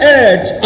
edge